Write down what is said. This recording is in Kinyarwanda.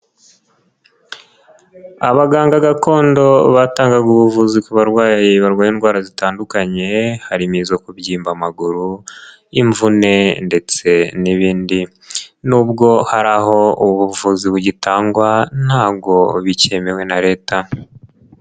Abaganga gakondo batangaga ubuvuzi ku barwayi barwaye indwara zitandukanye, hari imizo kubyimba amaguru, imvune ndetse n'ibindi, nubwo hari aho ubuvuzi bugitangwa ntabwo bikemewe na Leta.